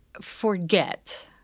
forget